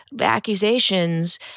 accusations